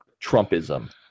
Trumpism